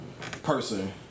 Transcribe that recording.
person